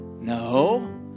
no